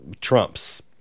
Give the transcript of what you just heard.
trumps